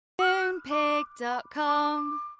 Moonpig.com